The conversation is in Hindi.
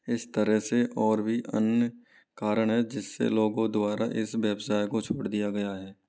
इस तरह से और भी अन्य कारण हैं जिस से लोगों द्वारा इस व्यवसाय को छोड़ दिया गया है